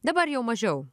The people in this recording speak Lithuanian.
dabar jau mažiau